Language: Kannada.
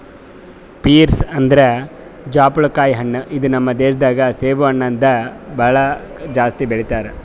ಪೀರ್ಸ್ ಅಂದುರ್ ಜಾಪುಳಕಾಯಿ ಹಣ್ಣ ಇದು ನಮ್ ದೇಶ ದಾಗ್ ಸೇಬು ಹಣ್ಣ ಆದ್ ಬಳಕ್ ಜಾಸ್ತಿ ಬೆಳಿತಾರ್